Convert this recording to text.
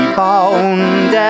bound